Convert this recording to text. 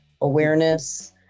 awareness